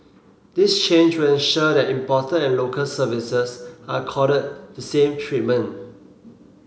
this change will ensure that imported and local services are accorded the same treatment